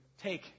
Take